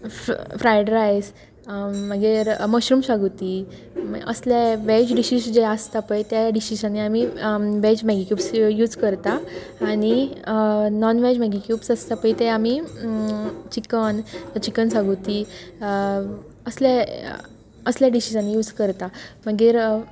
fried rice मागीर mushroom शागोती असले वेज डिशीस जे आसता पय त्या डिशिसांनी आमी वेज मॅगी क्युब्स यूज करता आनी नॉनवेज मॅगी क्युब्स आसता पय ते आमी चिकन चिकन शागोती असले असले डिशिसांनी यूज करता मागीर